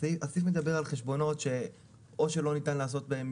הסעיף מדבר על חשבונות או שלא ניתן לעשות בהם